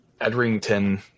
Edrington